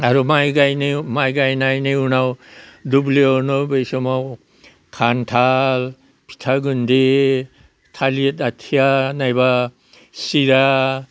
आरो माइ गायनायाव माइ गायनायनि उनाव दुब्लियावनो बै समाव खान्थाल फिथा गोनदि थालिर आथिया नायबा सिरा